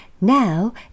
Now